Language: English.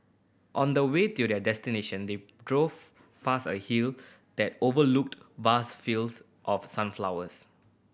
on the way to their destination they drove past a hill that overlooked vast fields of sunflowers